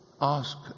Ask